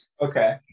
Okay